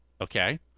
okay